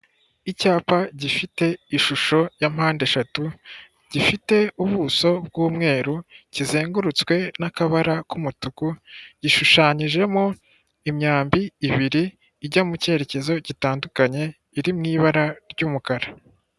Icyapa gifite ishusho ya mpande eshatu, gifite ubuso bw'umweru, kizengurutswe n'akabara k'umutuku, gishushanyijemo imyambi ibiri ijya mu cyerekezo gitandukanye, iri mu ibara ry'umukara.